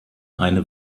eine